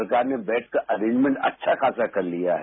सरकार ने बेड का अरेंजमेंट अच्छा खासा कर लिया है